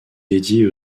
dédiées